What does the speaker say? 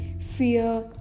fear